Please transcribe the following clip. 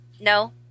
No